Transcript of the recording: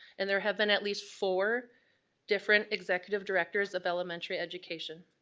and there have been at least four different executive directors of elementary education.